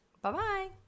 Bye-bye